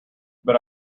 but